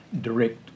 direct